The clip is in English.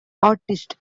artist